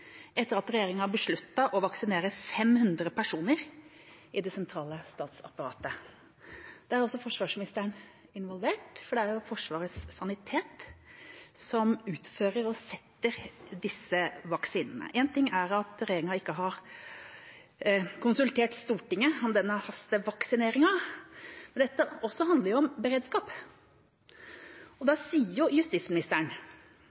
etter at regjeringa besluttet å vaksinere 500 personer i det sentrale statsapparatet. Der er også forsvarsministeren involvert, for det er Forsvarets sanitet som setter disse vaksinene. Én ting er at regjeringa ikke har konsultert Stortinget om denne hastevaksineringen, men dette handler jo også om beredskap, og